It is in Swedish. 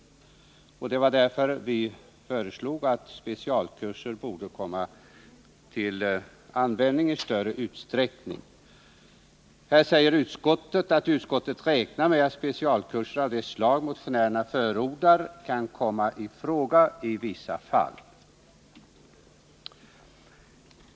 Det var därför vi föreslog att specialkurser borde komma till användning i större utsträckning. Utskottet säger att utskottet räknar med att specialkurser av det slag motionärerna förordar kan komma i fråga i vissa fall.